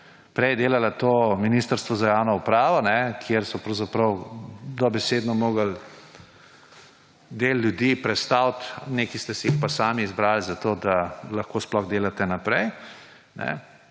prej je delalo to Ministrstvo za javno upravo, kjer so pravzaprav dobesedno morali del ljudi prestaviti, nekaj ste si jih pa sami izbrali zato, da lahko sploh delate naprej.